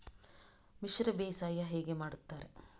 ಮಿಶ್ರ ಬೇಸಾಯ ಹೇಗೆ ಮಾಡುತ್ತಾರೆ?